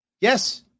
Yes